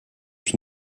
was